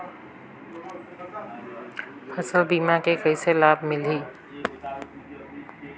फसल बीमा के कइसे लाभ मिलही?